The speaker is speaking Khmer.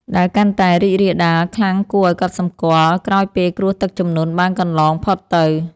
ដែលកាន់តែរីករាលដាលខ្លាំងគួរឱ្យកត់សម្គាល់ក្រោយពេលគ្រោះទឹកជំនន់បានកន្លងផុតទៅ។